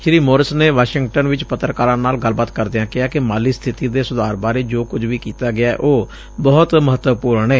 ਸ੍ਰੀ Morris ਨੇ Washington ਵਿਚ ਪੱਤਰਕਾਰਾਂ ਨਾਲ ਗੱਲਬਾਤ ਕਰਦਿਆਂ ਕਿਹਾ ਕਿ ਮਾਲੀ ਸਬਿਤੀ ਦੇ ਸੁਧਾਰ ਬਾਰੇ ਜੋ ਕੁਝ ਵੀ ਕੀਤਾ ਗਿਐ ਉਹ ਬਹੁਤ ਮਹੱਤਵਪੁਰਨ ਏ